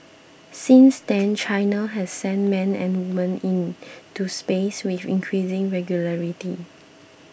since then China has sent men and women into space with increasing regularity